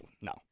No